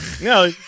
No